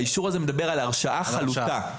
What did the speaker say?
האישור הזה מדבר על הרשעה חלוטה.